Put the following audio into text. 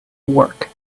work